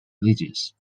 religious